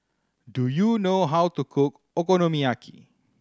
do you know how to cook Okonomiyaki